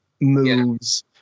moves